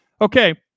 Okay